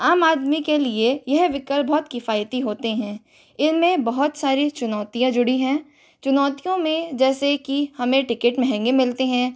आम आदमी के लिए यह विकल्प बहुत किफायती होते हैं इनमें बहुत सारी चुनौतियाँ जुड़ी हैं चुनौतियों में जैसे कि हमें टिकट महंगे मिलते हैं